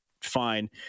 fine